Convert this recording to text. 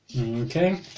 Okay